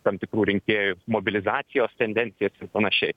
tam tikrų rinkėjų mobilizacijos tendencijų ir pan